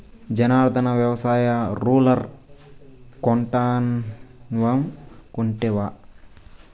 జనార్ధన, వ్యవసాయ రూలర్ కొంటానన్నావ్ కొంటివా